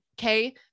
okay